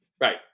Right